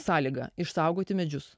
sąlyga išsaugoti medžius